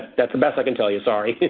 that's the best i can tell you, sorry.